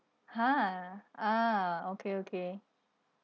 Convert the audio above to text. ha ah okay okay